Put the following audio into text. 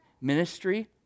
ministry